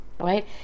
Right